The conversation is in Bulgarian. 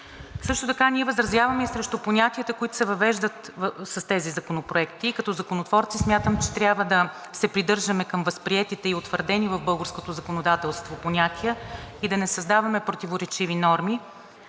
Също така ние възразяваме и срещу понятията, които се въвеждат с тези законопроекти. Като законотворци смятам, че трябва да се придържаме към възприетите и утвърдени в българското законодателство понятия и да не създаваме противоречиви норми.